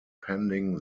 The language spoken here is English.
pending